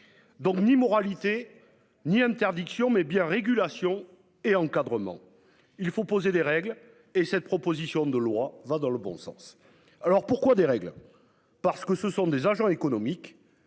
Donc ni moralité, ni interdiction mais bien régulation et encadrement. Il faut poser des règles et cette proposition de loi va dans le bon sens. Alors pourquoi des règles parce que ce sont des agents économiques